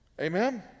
Amen